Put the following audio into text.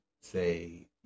say